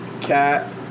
cat